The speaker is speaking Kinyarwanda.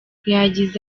yagize